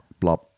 blop